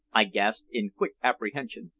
i gasped, in quick apprehension.